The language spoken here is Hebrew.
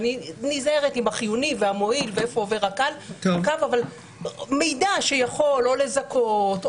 ואני נזהרת עם החיוני והמועיל ואיפה עובר הקו מידע שיכול או לזכות,